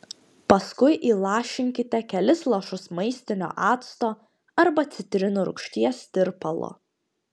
paskui įlašinkite kelis lašus maistinio acto arba citrinų rūgšties tirpalo